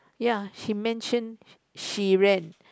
ya he mention she ran